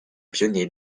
pionnier